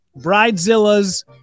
bridezilla's